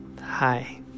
hi